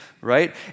right